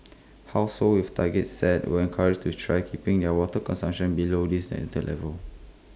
households with targets set were encouraged to try keeping their water consumption below these enter levels